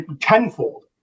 tenfold